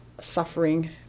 suffering